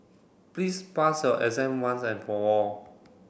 please pass your exam once and for all